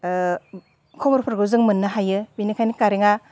खबरफोरखौ जों मोननो हायो बिनिखायनो कारेन्टआ